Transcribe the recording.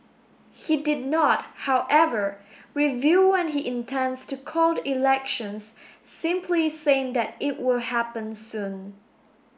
he did not however reveal when he intends to call elections simply saying that it will happen soon